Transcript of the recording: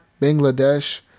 Bangladesh